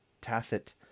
tacit